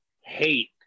hate